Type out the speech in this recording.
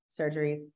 surgeries